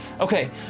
Okay